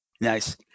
nice